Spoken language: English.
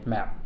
Map